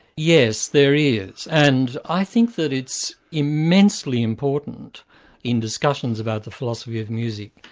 yes, there is, and i think that it's immensely important in discussions about the philosophy of music,